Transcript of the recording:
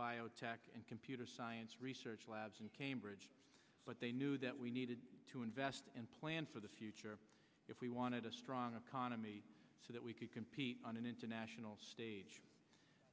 biotech and computer science research labs in cambridge but they knew that we needed to invest in plans for the future if we wanted a strong economy so that we could compete on an international stage